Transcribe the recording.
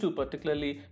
particularly